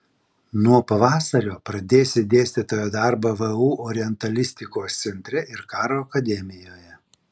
nuo pavasario pradėsi dėstytojo darbą vu orientalistikos centre ir karo akademijoje